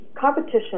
competition